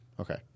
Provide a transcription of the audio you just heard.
Okay